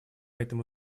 этому